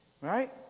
Right